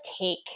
take